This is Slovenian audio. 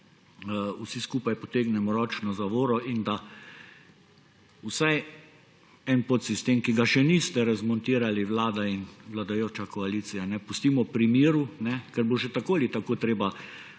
vsi skupaj potegnemo ročno zavoro in da vsaj en podsistem, ki ga še niste razmontirali, vlada in vladajoča koalicija, pustimo pri miru, ker bo že tako ali tako treba